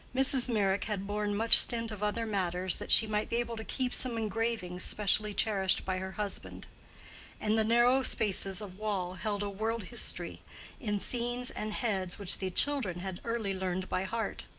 mrs. meyrick had borne much stint of other matters that she might be able to keep some engravings specially cherished by her husband and the narrow spaces of wall held a world history in scenes and heads which the children had early learned by heart.